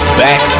back